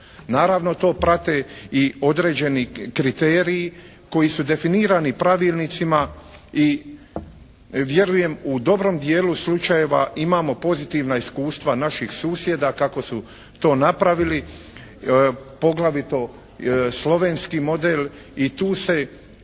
Naravno, to prate i određeni kriteriji koji su definirani pravilnicima i vjerujem u dobrom dijelu slučajeva imamo pozitivna iskustva naših susjeda kako su to napravili, poglavito slovenski model i tu se